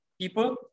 people